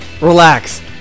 relax